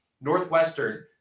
Northwestern